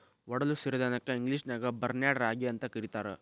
ಒಡಲು ಸಿರಿಧಾನ್ಯಕ್ಕ ಇಂಗ್ಲೇಷನ್ಯಾಗ ಬಾರ್ನ್ಯಾರ್ಡ್ ರಾಗಿ ಅಂತ ಕರೇತಾರ